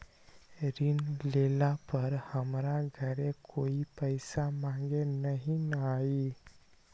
ऋण लेला पर हमरा घरे कोई पैसा मांगे नहीं न आई?